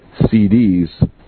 CDs